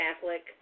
Catholic